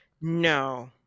No